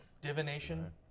Divination